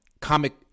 comic